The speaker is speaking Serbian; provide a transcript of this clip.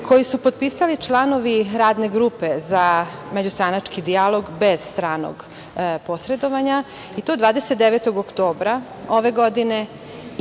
koji su potpisali članovi Radne grupe za međustranački dijalog bez stranog posredovanja, i to 29. oktobra ove godine